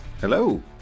Hello